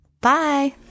Bye